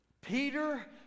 Peter